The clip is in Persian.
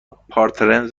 پارتنرز